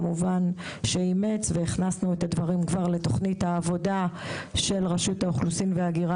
וכבר הכנסנו את הדברים לתכנית העבודה של רשות האוכלוסין וההגירה